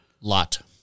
Lot